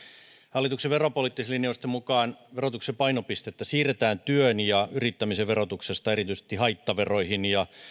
hallituksen veropoliittisten linjausten mukaan verotuksen painopistettä siirretään työn ja yrittämisen verotuksesta erityisesti haittaveroihin ja